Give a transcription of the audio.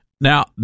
Now